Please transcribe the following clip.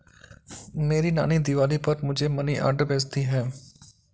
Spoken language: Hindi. मेरी नानी दिवाली पर मुझे मनी ऑर्डर भेजती है